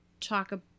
talk